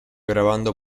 grabando